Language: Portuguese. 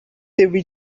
teve